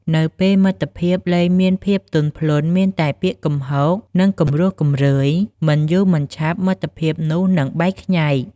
នៅពេលមិត្តភាពលែងមានភាពទន់ភ្លន់ មានតែពាក្យគំហក និង គំរោះគំរើយ មិនយូរមិនឆាប់ មិត្តភាពនោះនឹងបែកខ្ញែក។